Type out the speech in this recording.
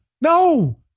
no